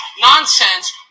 nonsense